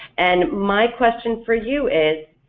and my question for you is,